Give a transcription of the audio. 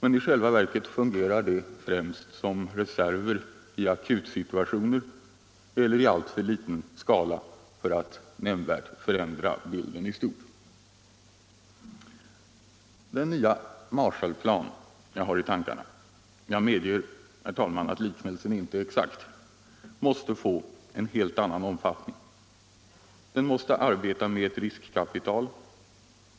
I själva verket fungerar de dock främst som reserver i akutsituationer eller i alltför liten skala för att nämnvärt förändra bilden i stort. Den nya Marshallplan som jag har i tankarna — jag medger att liknelsen inte är exakt — måste få en helt annan omfattning. Den måste arbeta med ett riskkapital.